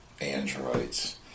androids